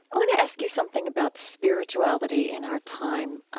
want to ask you something about spirituality in our time.